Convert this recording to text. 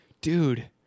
dude